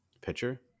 pitcher